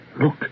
Look